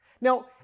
Now